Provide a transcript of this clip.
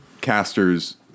casters